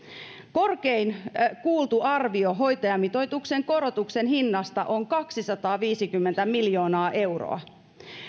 korkein kuultu arvio hoitajamitoituksen korotuksen hinnasta on kaksisataaviisikymmentä miljoonaa euroa